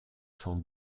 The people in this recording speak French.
cent